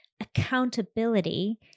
accountability